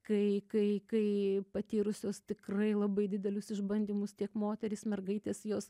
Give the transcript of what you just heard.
kai kai kai patyrusius tikrai labai didelius išbandymus tiek moterys mergaitės jos